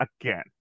again